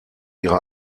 ihre